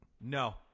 No